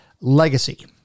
legacy